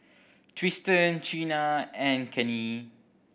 Tristen Chynna and Cannie